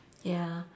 ya